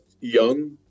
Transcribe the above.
young